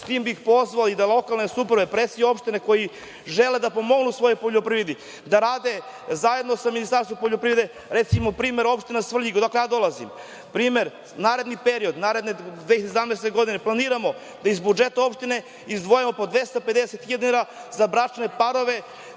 s tim bih pozvao i da lokalne samouprave, predsednici opština koji žele da pomognu svojoj poljoprivredi, da rade zajedno sa Ministarstvom poljoprivrede, recimo, primer opština Svrljig, odakle ja dolazim, primer, naredni period, naredne 2017. godine, planiramo da iz budžeta opštine izdvojimo po 250.000 dinara za bračne parove